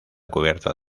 cubierta